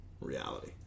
reality